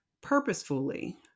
purposefully